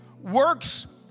works